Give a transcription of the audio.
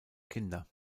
kinder